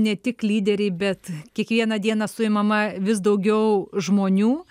ne tik lyderiai bet kiekvieną dieną suimama vis daugiau žmonių